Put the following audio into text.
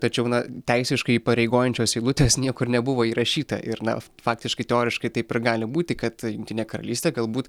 tačiau na teisiškai įpareigojančios eilutės niekur nebuvo įrašyta ir na faktiškai teoriškai taip ir gali būti kad jungtinė karalystė galbūt